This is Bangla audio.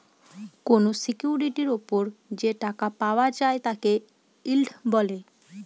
কোনো সিকিউরিটির ওপর যে টাকা পাওয়া যায় তাকে ইল্ড বলে